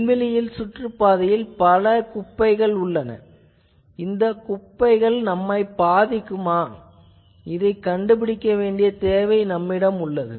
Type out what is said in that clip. விண்வெளியின் சுற்றுப்பாதையில் பல குப்பைகள் உள்ளன இவை நம்மை பாதிக்குமா இதைக் கண்டுபிடிக்க வேண்டிய தேவை உள்ளது